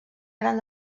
gran